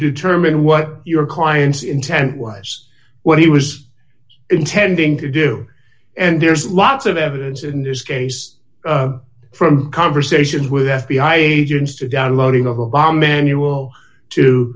determine what your client's intent was what he was intending to do and there's lots of evidence in this case from conversations with f b i agents to downloading of a bomb manual to